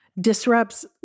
disrupts